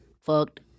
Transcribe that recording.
fucked